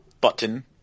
button